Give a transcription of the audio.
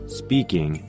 speaking